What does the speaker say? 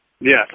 Yes